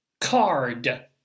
card